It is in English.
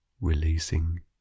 releasing